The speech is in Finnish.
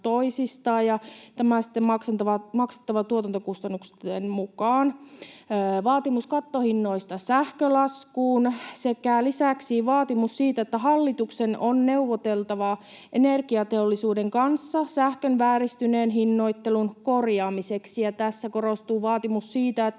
sitten maksettava tuotantokustannusten mukaan, vaatimus kattohinnoista sähkölaskuun sekä lisäksi vaatimus siitä, että hallituksen on neuvoteltava energiateollisuuden kanssa sähkön vääristyneen hinnoittelun korjaamiseksi — ja tässä korostuu vaatimus siitä, että